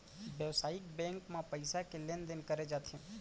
बेवसायिक बेंक म पइसा के लेन देन करे जाथे